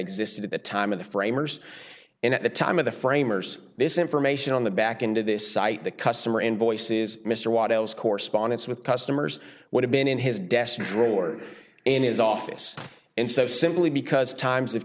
existed at the time of the framers and at the time of the framers this information on the back into this site the customer invoices mr wattles correspondence with customers would have been in his desk drawer in his office and so simply because times have